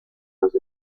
los